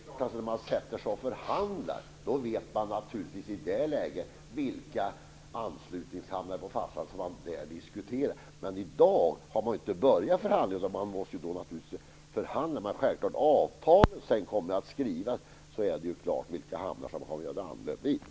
Fru talman! I det läget när man sätter sig ned och förhandlar vet man naturligtvis vilka anslutningshamnar på fastlandet som man skall diskutera. Men förhandlingarna har ännu inte börjat. När avtalet sedan skall skrivas kommer det att stå klart vilka hamnar det blir.